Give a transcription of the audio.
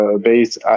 based